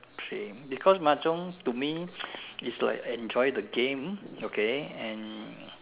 same because mahjong to me is like enjoy the game okay and